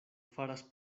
faras